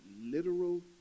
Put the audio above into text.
literal